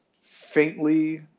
faintly